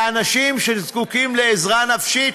לאנשים שזקוקים לעזרה נפשית,